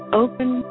open